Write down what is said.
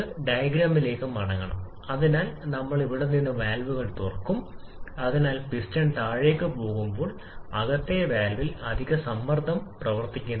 ഇപ്പോൾ സിലിണ്ടർ വാതകങ്ങളുടെ ഈ ഘടനയെക്കുറിച്ച് സംസാരിക്കുമ്പോൾ ഈ ഘടന ഈ സ്റ്റൈക്കിയോമെട്രിക് വായു ഇന്ധന അനുപാതവും തുല്യതാ അനുപാതവും ചിത്രത്തിലേക്ക് വരുന്നു